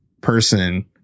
person